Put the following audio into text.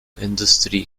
industry